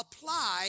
apply